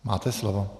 Máte slovo.